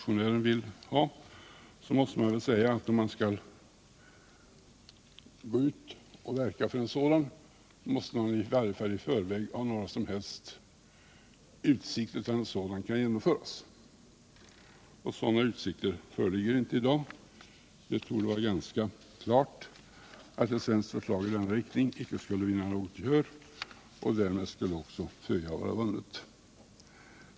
Om man skall gå ut och verka för en sådan, måste man i varje fall i förväg ha någon utsikt till att en sådan kan genomföras. Några sådana utsikter föreligger inte i dag. Det torde vara ganska klart att ett svenskt förslag i denna riktning inte skulle vinna något gehör, och därmed skulle också föga vara vunnet.